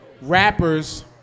rappers